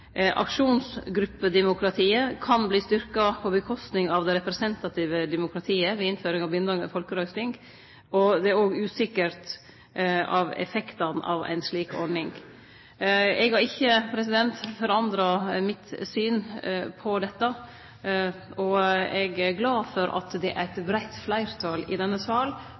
Aksjonsgruppedemokratiet kan bli styrkt på kostnad av det representative demokratiet ved innføring av bindande folkerøysting. Det er òg usikkert om effektane av ei slik ordning. Eg har ikkje forandra mitt syn på dette. Eg er glad for at det er eit breitt fleirtal i denne